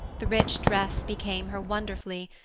the rich dress became her wonderfully,